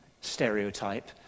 stereotype